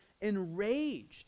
enraged